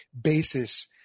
basis